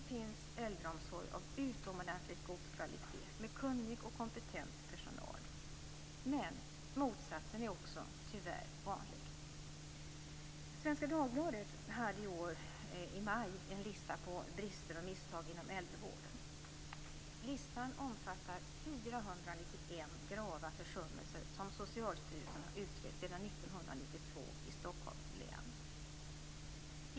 Det finns äldreomsorg av utomordentligt god kvalitet med kunnig och kompetent personal. Men motsatsen är också tyvärr vanlig. Svenska Dagbladet hade den 10 maj i år en lista på brister och misstag inom äldrevården. Listan omfattar 491 grava försummelser som Socialstyrelsen har utrett sedan 1992 i Stockholms län.